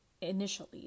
initially